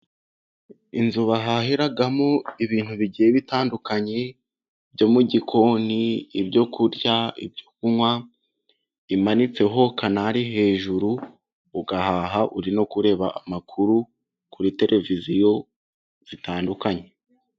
Inzu bahahiramo ibintu bigiye bitandukanye, ibyo mu gikoni, ibyo kurya, ibyo kunywa. Imanitseho kanari hejuru, ugahaha uri no kureba amakuru kuri tereviziyo zitandukanye.